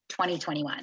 2021